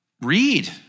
read